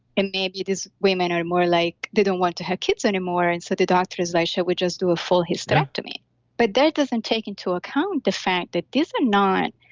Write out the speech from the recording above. and maybe these women are more like, they don't want to have kids anymore, and so the doctor is like, shall we just do a full hysterectomy? yeah but that doesn't take into account the fact that these are not.